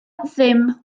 ddim